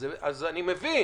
אז אני מבין.